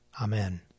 Amen